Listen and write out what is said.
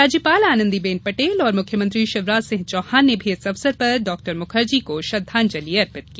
राज्यपाल आनंदीबेन पटेल और मुख्यमंत्री शिवराज सिंह चौहान ने इस अवसर पर डाक्टर मुखर्जी को श्रद्वांजलि अर्पित की